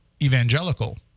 evangelical